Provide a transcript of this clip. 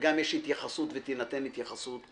וגם יש התייחסות ותינתן התייחסות,